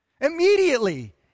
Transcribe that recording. Immediately